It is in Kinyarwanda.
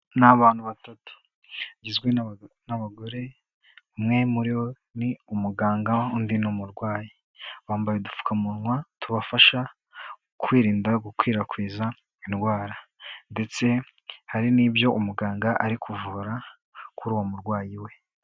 Ni abantu batatu bagizwe n'abagore, umwe muri bo ni umuganga undi ni umurwayi. Bambaye udupfukamunwa tubafasha kwirinda gukwirakwiza indwara, ndetse hari n'ibyo umuganga ari kuvura kuri uwo murwayi we.